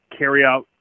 carryout